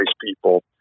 people